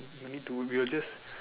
you need to we will just